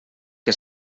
que